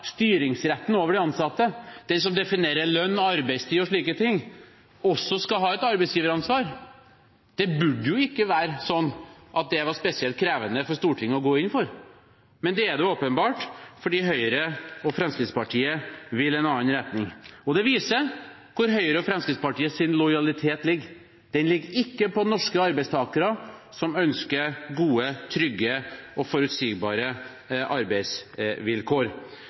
styringsretten over de ansatte, den som definerer lønn, arbeidstid og slike ting, også skal ha et arbeidsgiveransvar. Det burde ikke være sånn at det er spesielt krevende for Stortinget å gå inn for. Men det er det åpenbart, for Høyre og Fremskrittspartiet vil i en annen retning. Det viser hvor Høyres og Fremskrittspartiets lojalitet ligger. Den ligger ikke hos norske arbeidstakere, som ønsker gode, trygge og forutsigbare arbeidsvilkår.